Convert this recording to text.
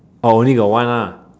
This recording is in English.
orh only got one lah